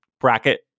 bracket